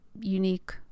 unique